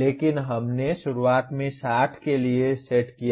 लेकिन हमने शुरुआत में इसे 60 के लिए सेट किया था